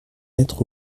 mettre